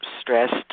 stressed